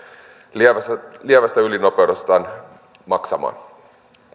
lievästä lievästä ylinopeu destaan maksamaan